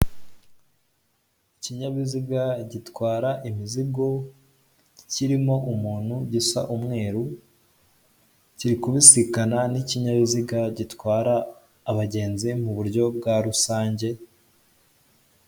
Ikinyabiziga gitwara imizigo, kirimo umuntu, gisa umweru, kiri kubisikana n'ikinyabiziga gitwara abantu mu buryo bwa rusange